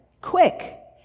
quick